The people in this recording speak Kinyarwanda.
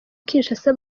kinshasa